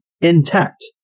intact